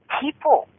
people